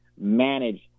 manage